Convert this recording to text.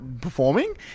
performing